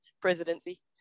presidency